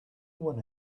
when